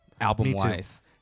album-wise